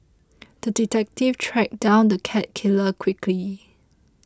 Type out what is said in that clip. the detective tracked down the cat killer quickly